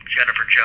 Jennifer